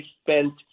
spent